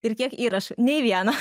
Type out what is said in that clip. ir kiek įrašų nei vieno